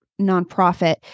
nonprofit